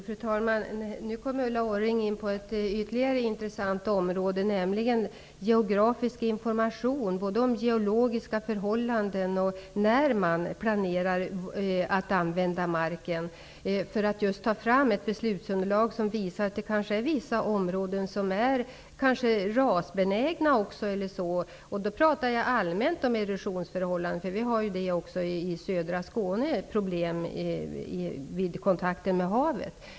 Fru talman! Nu kom Ulla Orring in på ytterligare ett intressant område, nämligen geografisk information om geologiska förhållanden. När man planerar att använda marken gäller det att ta fram ett beslutsunderlag som visar om vissa områden är rasbenägna. Då pratar jag allmänt om erosionsrisker, för sådana finns också i södra Skåne i kontakten med havet.